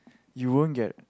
you won't get